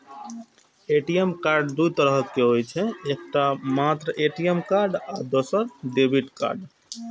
ATM card दू तरहक होइ छै, एकटा मात्र ए.टी.एम कार्ड आ दोसर डेबिट कार्ड